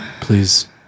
Please